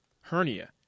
hernia